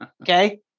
Okay